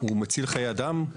הוא מציל חיי אדם,